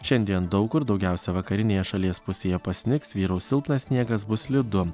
šiandien daug kur daugiausiai vakarinėje šalies pusėje pasnigs vyraus silpnas sniegas bus slidu